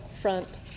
front